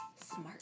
smart